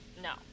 No